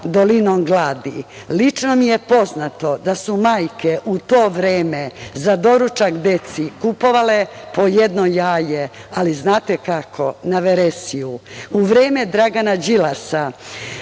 „dolinom gladi“. Lično mi je poznato da su majke u to vreme za doručak deci kupovale po jedno jaje, ali zanate kako? Na veresiju.U vreme Dragana Đilasa,